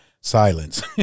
silence